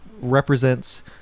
represents